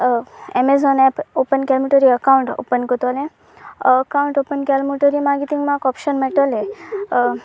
Amazon app open केलो म्हणटरी account open करतलें अकावंट ओपन केलो म्हणटरी मागीर थंय म्हाका ऑप्शन मेळटलें